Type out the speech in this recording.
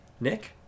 Nick